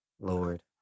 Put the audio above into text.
Lord